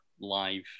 live